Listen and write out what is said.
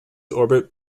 orbit